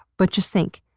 but just think,